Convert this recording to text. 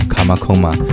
Kamakoma